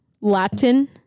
Latin